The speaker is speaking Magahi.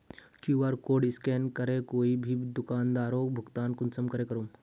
कियु.आर कोड स्कैन करे कोई भी दुकानदारोक भुगतान कुंसम करे करूम?